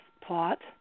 plot